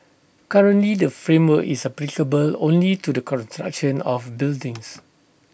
currently the framework is applicable only to the construction of buildings